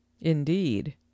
indeed